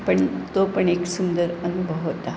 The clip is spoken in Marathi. पण तो पण एक सुंदर अनुभव होता